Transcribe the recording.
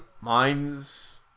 Mines